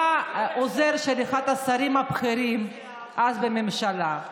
בא העוזר של אחד השרים הבכירים אז בממשלה,